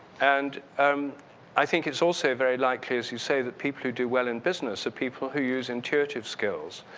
and um i think it's also very likely as you say that people who do well in business are people who use intuitive skills.